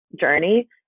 journey